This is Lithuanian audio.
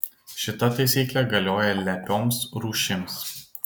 šita taisyklė galioja lepioms rūšims